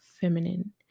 feminine